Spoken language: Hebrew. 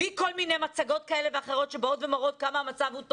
בלי כל מיני מצגות כאלה ואחרות שבאות ומראות כמה המצב הוא טוב.